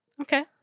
Okay